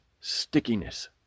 stickiness